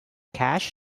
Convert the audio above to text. cache